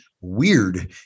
weird